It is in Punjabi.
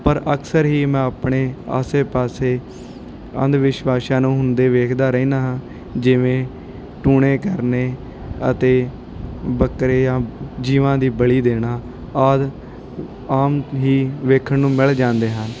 ਪਰ ਅਕਸਰ ਹੀ ਮੈਂ ਆਪਣੇ ਆਸੇ ਪਾਸੇ ਅੰਧ ਵਿਸ਼ਵਾਸਾਂ ਨੂੰ ਹੁੰਦੇ ਵੇਖਦਾ ਰਹਿੰਦਾ ਹਾਂ ਜਿਵੇਂ ਟੂਣੇ ਕਰਨੇ ਅਤੇ ਬੱਕਰੇ ਜਾਂ ਜੀਵਾਂ ਦੀ ਬਲੀ ਦੇਣਾ ਆਦਿ ਆਮ ਹੀ ਵੇਖਣ ਨੂੰ ਮਿਲ ਜਾਂਦੇ ਹਨ